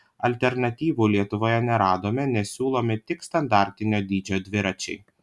alternatyvų lietuvoje neradome nes siūlomi tik standartinio dydžio dviračiai